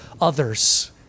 others